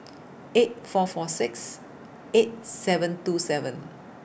eight four four six eight seven two seven